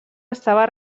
estava